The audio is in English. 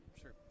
sure